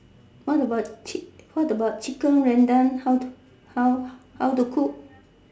what about chick what about chicken rendang how to cook